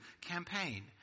campaign